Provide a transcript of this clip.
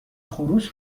خروس